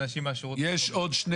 יש עוד שתי